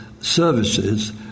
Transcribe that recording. services